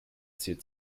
ziel